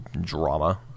drama